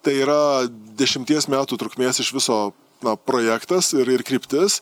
tai yra dešimties metų trukmės iš viso na projektas ir ir kryptis